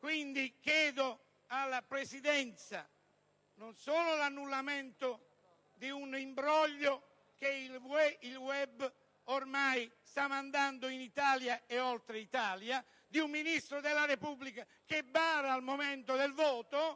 Quindi, chiedo alla Presidenza non solo l'annullamento di un imbroglio, che il *web* sta mostrando ormai in Italia, e oltre, di un Ministro della Repubblica che bara al momento del voto...